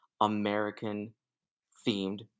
American-themed